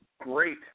great